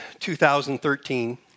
2013